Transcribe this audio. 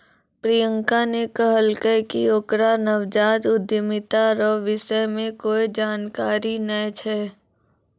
प्रियंका ने कहलकै कि ओकरा नवजात उद्यमिता रो विषय मे कोए जानकारी नै छै